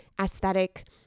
aesthetic